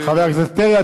חבר הכנסת פרי,